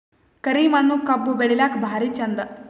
ಕರಿ ಮಣ್ಣು ಕಬ್ಬು ಬೆಳಿಲ್ಲಾಕ ಭಾರಿ ಚಂದ?